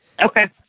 Okay